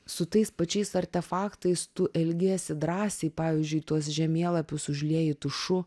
su tais pačiais artefaktais tu elgiesi drąsiai pavyzdžiui tuos žemėlapius užlieji tušu